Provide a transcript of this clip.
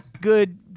good